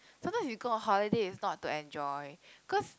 sometime we go a holiday is not to enjoy cause